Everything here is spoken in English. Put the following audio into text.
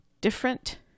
different